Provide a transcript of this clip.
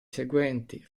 seguenti